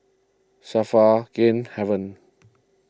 Safra Game Haven